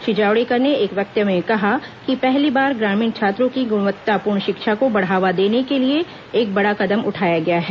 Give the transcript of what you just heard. श्री जावडेकर ने एक वक्तव्य में कहा कि पहली बार ग्रामीण छात्रों की गुणवत्तापूर्ण शिक्षा को बढ़ावा देने के लिए एक बड़ा कदम उठाया गया है